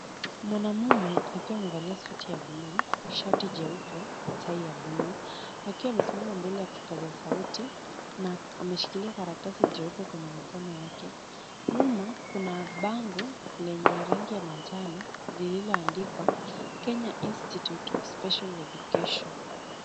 Mwanamume akiwa amevalia suti ya buluu, shati jeupe, tai ya buluu akiwa amesimama mbele ya kipaza sauti na ameshikilia karatasi jeupe kwenye mikono yake. Nyuma kuna bango lenye rangi ya manjano lilioandikwa Kenya Institute of Special Education .